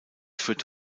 führt